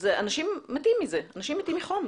אנשים מתים מחום.